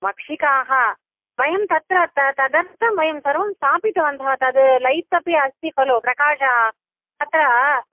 मक्षिकाः वयं तत्र त तदर्थं वयं सर्वं स्थापितवन्तः तद् लैट्स् अपि अस्ति खलु प्रकाशः तत्र